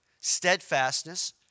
steadfastness